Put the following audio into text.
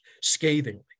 scathingly